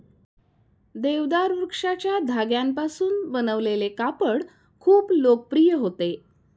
देवदार वृक्षाच्या धाग्यांपासून बनवलेले कापड खूप लोकप्रिय होते